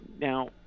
now